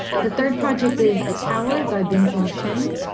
the third project is a tower by vincent chen.